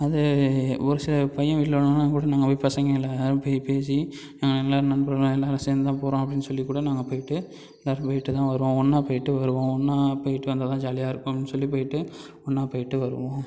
அது ஒரு சில பையன் வீட்டில கூட நாங்கள் போய் பசங்கள் எல்லாரும் போய் பேசி நாங்கள் எல்லா நண்பர்கள் தான் எல்லாரும் சேர்ந்து தான் போகிறோம் அப்படின்னு சொல்லி கூட நாங்கள் போய்ட்டு எல்லாரும் போய்ட்டு தான் வருவோம் ஒன்றா போய்ட்டு வருவோம் ஒன்றா போய்ட்டு வந்தால் தான் ஜாலியாக இருக்கும் அப்படின்னு சொல்லி போய்ட்டு ஒன்றா போய்ட்டு வருவோம்